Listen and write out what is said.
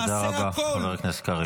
תודה רבה, חבר הכנסת קריב.